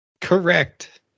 Correct